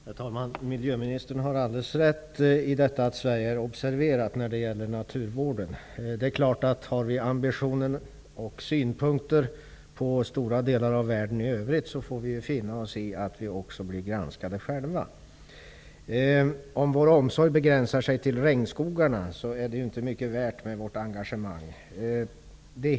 Herr talman! Miljöministern har alldeles rätt när han säger att Sverige är observerat vad gäller naturvården. Det är klart att om vi har ambitioner och synpunkter på stora delar av världen i övrigt, får vi finna oss i att vi också själva blir granskade. Om vår omsorg begränsar sig till regnskogarna är det inte mycket värt med vårt engagemang.